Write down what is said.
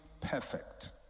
perfect